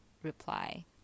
reply